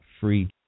free